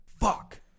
Fuck